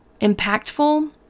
impactful